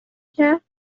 کرد